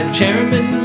Chairman